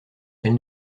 elle